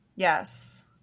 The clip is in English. Yes